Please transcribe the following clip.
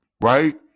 right